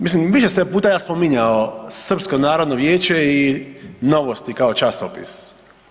Mislim više sam puta ja spominjao Srpsko narodno vijeće i Novosti kao časopis.